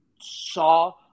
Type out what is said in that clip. saw